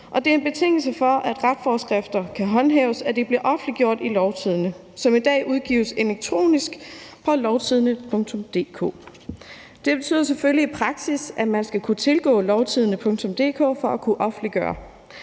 Det er en betingelse for, at retsforskrifter kan håndhæves, at de bliver offentliggjort i Lovtidende, som i dag udgives elektronisk på lovtidende.dk. Det betyder selvfølgelig i praksis, at man skal kunne tilgå lovtidende.dk for at kunne offentliggøre.